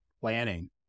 planning